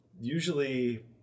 usually